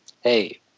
hey